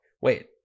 Wait